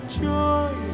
joy